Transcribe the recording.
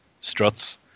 struts